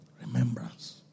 Remembrance